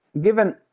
given